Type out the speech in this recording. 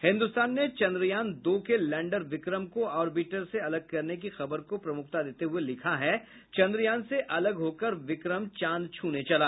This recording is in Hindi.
हिन्दुस्तान ने चन्द्रयान दो के लैंडर विक्रम को ऑर्बिटर से अलग करने की खबर को प्रमुखता देते हुए लिखा है चन्द्रयान से अलग होकर विक्रम चांद छूने चला